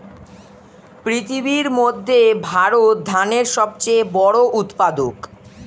পৃথিবীর মধ্যে ভারত ধানের সবচেয়ে বড় উৎপাদক